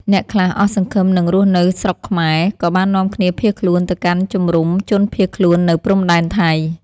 អ្នកខ្លះអស់សង្ឃឹមនឹងរស់នៅស្រុកខ្មែរ ក៏បាននាំគ្នាភៀសខ្លួនទៅកាន់ជំរំជនភៀសខ្លួននៅព្រំដែនថៃ។